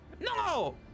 No